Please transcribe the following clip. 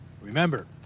Remember